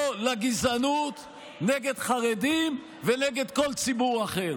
לא לגזענות נגד חרדים ונגד כל ציבור אחר.